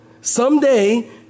Someday